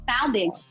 sounding